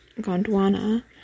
Gondwana